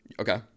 Okay